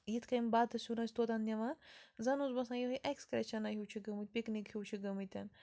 یِتھ کٔنۍ بَتہٕ سیُن ٲسۍ توٚتَن نِوان زَنہٕ اوس باسان یِہوٚے اٮ۪کٕسکَرشَنا ہیوٗ چھِ گٔمتۍ پِکنِک ہیوٗ چھِ گٔمٕتۍ